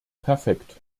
perfekt